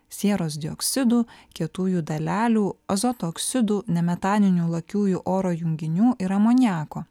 sieros dioksidų kietųjų dalelių azoto oksidų nemetaninių lakiųjų oro junginių ir amoniako